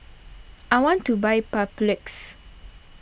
I want to buy Papulex